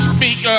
Speak